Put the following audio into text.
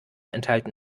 enthalten